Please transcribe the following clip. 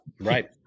Right